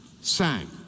sang